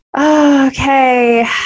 Okay